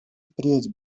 впредь